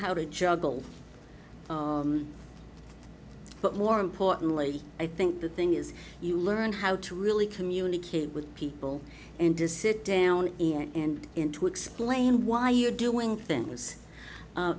how to juggle but more importantly i think the thing is you learn how to really communicate with people and to sit down and in to explain why you're doing things